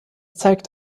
zeigt